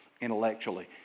intellectually